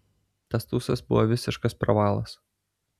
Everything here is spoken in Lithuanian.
tas tūsas buvo visiškas pravalas